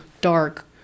dark